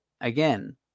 again